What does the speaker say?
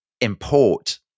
import